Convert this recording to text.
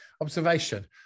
observation